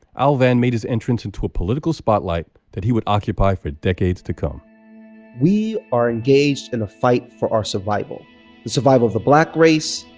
al vann made his entrance into a political spotlight that he would occupy for decades to come we are engaged in a fight for our survival the survival of the black race,